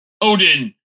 Odin